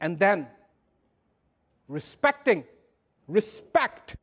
and then respecting respect